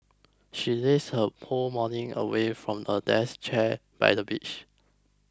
she lazed her whole morning away from a deck chair by the beach